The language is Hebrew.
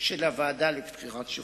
של הוועדה לבחירת שופטים.